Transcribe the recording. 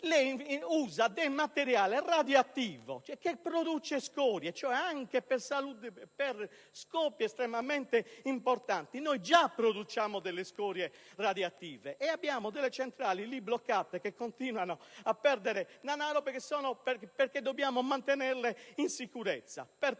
si usa materiale radioattivo, che produce scorie. Quindi, anche per scopi estremamente importanti, noi già produciamo delle scorie radioattive e abbiamo delle centrali bloccate, che continuano a perdere danaro, perchè dobbiamo mantenerle in sicurezza.